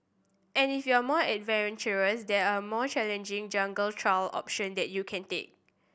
and if you're more adventurous there are more challenging jungle trail option that you can take